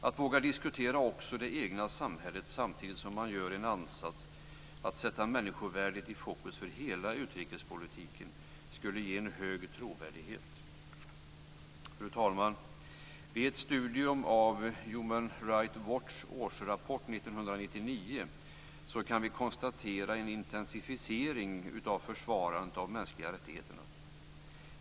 Att våga diskutera också det egna samhället samtidigt som man gör en ansats att sätta människovärdet i fokus i hela utrikespolitiken, skulle ge en hög trovärdighet. Fru talman! Vid ett studium av Human Rights Watch's årsrapport 1999 kan vi konstatera en intensifiering av försvarandet av de mänskliga rättigheterna.